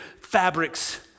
fabrics